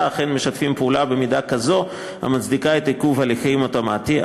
אכן משתפים פעולה במידה כזו המצדיקה עיכוב הליכים אוטומטי,